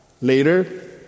later